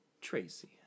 Tracy